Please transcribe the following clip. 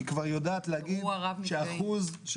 אני